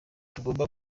tugomba